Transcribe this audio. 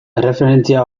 erreferentzia